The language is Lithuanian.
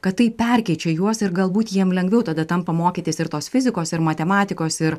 kad tai perkeičia juos ir galbūt jiem lengviau tada tampa mokytis ir tos fizikos ir matematikos ir